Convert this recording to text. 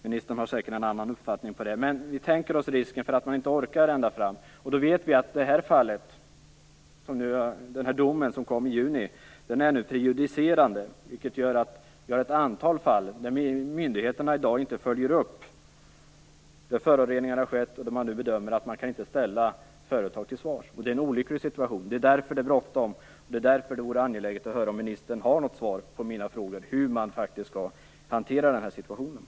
Ministern har säkerligen en annan uppfattning. Men vi tänker oss risken för att man inte orkar ända fram. Då vet vi att den här domen som kom i juni nu är prejudicerande, vilket gör att vi har ett antal fall som myndigheterna inte följer upp där föroreningar har skett men där man nu bedömer att man inte kan ställa företag till svars. Det är en olycklig situation. Det är därför det är bråttom, och det är därför det vore angeläget att höra om ministern har något svar på mina frågor om hur man skall hantera den här situationen.